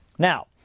Now